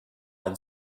and